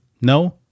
no